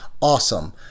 Awesome